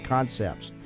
Concepts